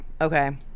Okay